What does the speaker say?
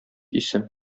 исем